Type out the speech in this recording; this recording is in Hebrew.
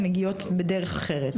הן מגיעות בדרך אחרת.